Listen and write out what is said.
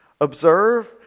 Observe